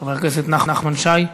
חבר הכנסת נחמן שי,